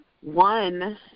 One